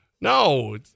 No